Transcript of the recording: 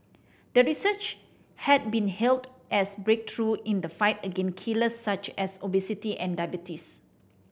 the research had been hailed as breakthrough in the fight against killer such as obesity and diabetes